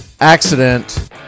accident